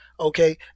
Okay